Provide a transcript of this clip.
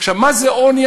מה זה עוני?